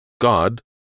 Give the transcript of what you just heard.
God